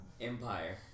Empire